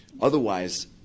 Otherwise